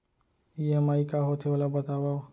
EMI का होथे, ओला बतावव